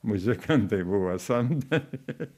muzikantai buvo samdomi